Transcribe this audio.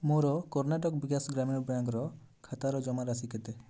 ମୋର କର୍ଣ୍ଣାଟକ ବିକାଶ ଗ୍ରାମୀଣ ବ୍ୟାଙ୍କର ଖାତାର ଜମାରାଶି କେତେ